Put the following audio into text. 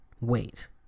Wait